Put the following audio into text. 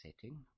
setting